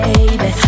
Baby